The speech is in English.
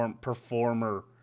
performer